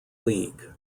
league